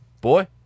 boy